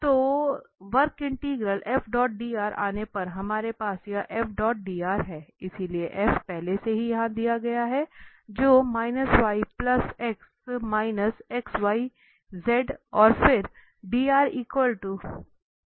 तो आने पर हमारे पास यह है इसलिए पहले से ही यहां दिया गया है जो और फिर है